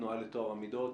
מהתנועה לטוהר המידות,